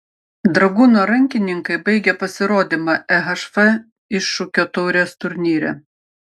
dragūno rankininkai baigė pasirodymą ehf iššūkio taurės turnyre